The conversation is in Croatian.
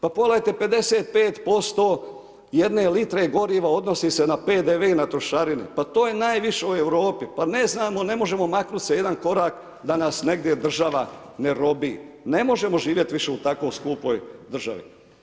Pa pogledajte 55% jedne litre goriva odnosi se na PDV i trošarina, pa to je najviše u Europi, pa ne znamo, ne možemo maknuti se jedan korak, da nas negdje država ne robi, ne možemo živjeti više u tako skupoj državi.